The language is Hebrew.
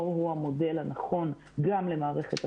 הוא המודל הנכון גם למערכת החינוך.